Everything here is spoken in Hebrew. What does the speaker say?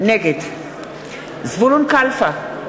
נגד זבולון קלפה,